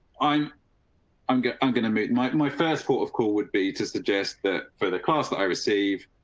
i'm i'm gonna i'm gonna meet my my first port of call would be to suggest that for the class that i receive,